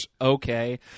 okay